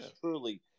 truly